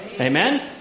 Amen